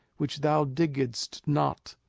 which thou diggedst not,